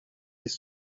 les